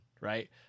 right